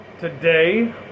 today